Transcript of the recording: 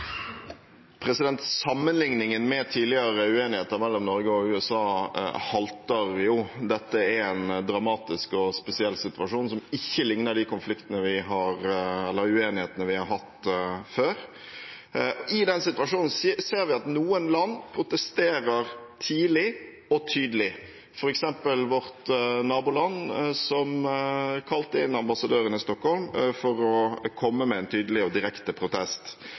Sammenligningen med tidligere uenigheter mellom Norge og USA halter. Dette er en dramatisk og spesiell situasjon som ikke ligner de uenighetene vi har hatt før. I den situasjonen ser vi at noen land protesterer tidlig og tydelig, f.eks. vårt naboland som kalte inn ambassadøren i Stockholm for å komme med en tydelig og direkte protest.